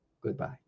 goodbye